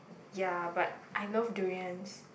ya but I love durians